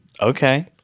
Okay